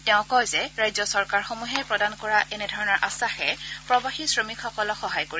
তেওঁ কয় যে ৰাজ্য চৰকাৰসমূহে প্ৰদান কৰা এনেধৰণৰ আধাসে প্ৰৱাসী শ্ৰমিকসকলক সহায় কৰিব